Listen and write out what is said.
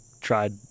tried